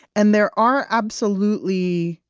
and there are absolutely,